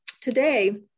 today